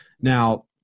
Now